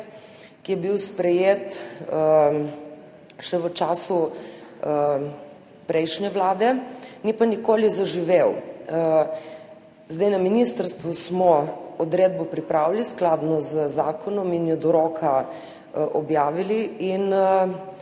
ki je bil sprejet še v času prejšnje vlade, ni pa nikoli zaživel. Na ministrstvu smo odredbo pripravili skladno z zakonom in jo do roka objavili.